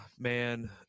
Man